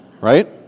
right